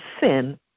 sin